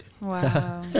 Wow